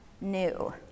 new